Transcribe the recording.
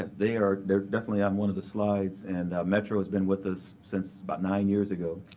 they're they're definitely on one of the slides. and metro has been with us since about nine years ago.